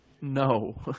No